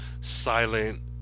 silent